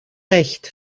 recht